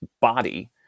body